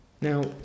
now